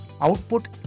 output